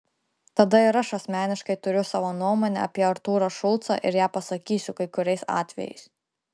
tada ir aš asmeniškai turiu savo nuomonę apie artūrą šulcą ir ją pasakysiu kai kuriais atvejais